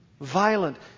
Violent